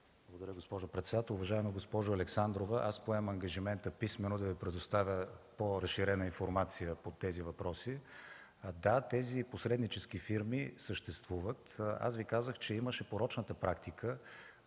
Благодаря, госпожо председател. Уважаема госпожо Александрова, поемам ангажимента писмено да Ви предоставя по-разширена информация по тези въпроси. Да, тези посреднически фирми съществуват. Казах Ви, че имаше порочната практика